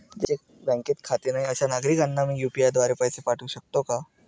ज्यांचे बँकेत खाते नाही अशा नागरीकांना मी यू.पी.आय द्वारे पैसे पाठवू शकतो का?